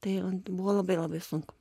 tai buvo labai labai sunku